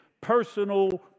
personal